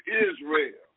Israel